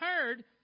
heard